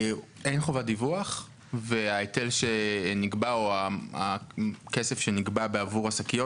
אין חובת דיווח וההיטל שנקבע או הכסף שנקבע בעבור השקיות,